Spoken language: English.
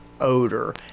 odor